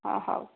ହଁ ହେଉ